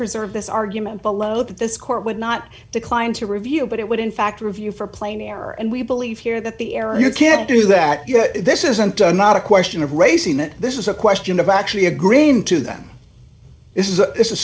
preserve this argument below that this court would not decline to review but it would in fact review for plain error and we believe here that the error you can't do that you know this isn't a not a question of raising it this is a question of actually agreeing to them this is a this